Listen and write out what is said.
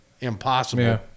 impossible